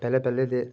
पैहले पैहले ते